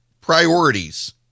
priorities